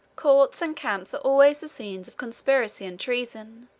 courts and camps are always the scenes of conspiracy and treason,